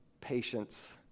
patience